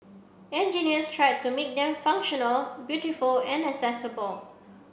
engineers tried to make them functional beautiful and accessible